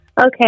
Okay